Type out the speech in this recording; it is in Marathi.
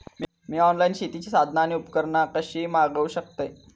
मी ऑनलाईन शेतीची साधना आणि उपकरणा कशी मागव शकतय?